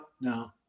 no